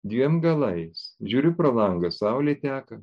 dviem galais žiūriu pro langą saulė teka